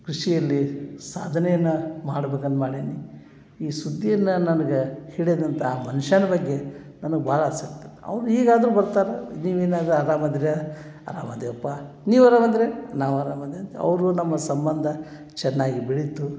ಕೃಷಿಯಲ್ಲಿ ಸಾಧನೆಯನ್ನು ಮಾಡ್ಬೇಕಂತ ಮಾಡೀನಿ ಈ ಸುದ್ದಿಯನ್ನು ನನ್ಗೆ ಹೇಳಿದಂಥ ಮನ್ಷನ ಬಗ್ಗೆ ನನಗೆ ಬಹಳ ಅವ್ನು ಈಗ್ಲಾದ್ರೂ ಬರ್ತಾನನೆ ನೀವು ಏನಾರ ಆರಾಮ್ ಆದ್ರಾ ಆರಾಮ್ ಅದೀವಪ್ಪ ನೀವು ಆರಾಮಂದ್ರೆ ನಾವು ಆರಾಮ್ ಅದೆ ಅಂತ ಅವರು ನಮ್ಮ ಸಂಬಂಧ ಚೆನ್ನಾಗಿ ಬೆಳೀತು